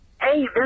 Hey